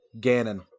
Ganon